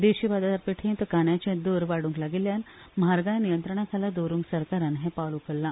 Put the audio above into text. देशी बाजारपेठेंत कांद्याचे दर वाढ़ुंक लागिल्ल्यान म्हारगाय नियंत्रणाखाला दवरुंक सरकारान हे पावल उचल्ला